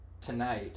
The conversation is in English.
tonight